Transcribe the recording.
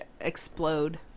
explode